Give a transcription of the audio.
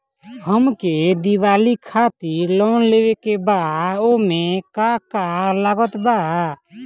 हमके दिवाली खातिर लोन लेवे के बा ओमे का का लागत बा?